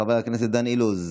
חבר הכנסת דן אילוז,